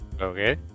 Okay